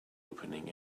opening